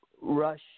Rush